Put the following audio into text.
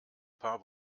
paar